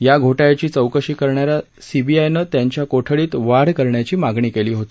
या घोटाळ्याची चौकशी करणा या सीबीआयनं त्यांच्या कोठडीत वाढ करण्याची मागणी केली होती